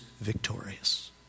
victorious